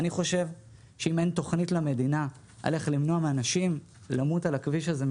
אני חושב שאם אין תכנית למדינה על איך למנוע מאנשים למות על הכביש הזה,